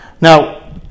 Now